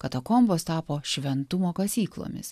katakombos tapo šventumo kasyklomis